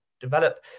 develop